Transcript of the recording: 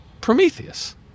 Prometheus